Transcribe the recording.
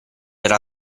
era